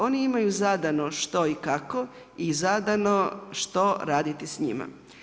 Oni imaju zadano što i kako i zadano što raditi s njima.